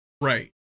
Right